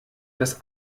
das